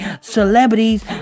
celebrities